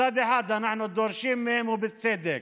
מצד אחד אנחנו דורשים מהם, ובצדק,